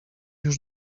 już